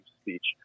speech